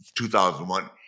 2001